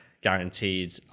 guaranteed